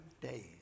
days